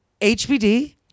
HBD